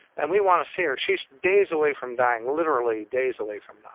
and we want to see her. she's days away from dying, literally days away from